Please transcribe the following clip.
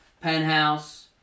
penthouse